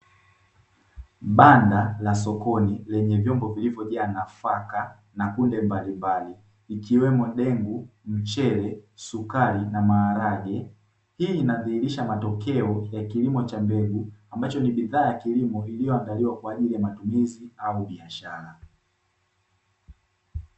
Banda la sokoni lenye vyombo vilivojaa nafaka na kunde mbalimbali ikiwemo dengu, mchele, sukari na maharage. Hii inadhihirisha matokeo ya kilimo cha mbegu, ambacho ni bidhaa ya kilimo iliyoandaliwa kwa ajili ya matumizi au biashara.